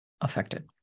affected